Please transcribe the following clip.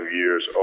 years